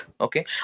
okay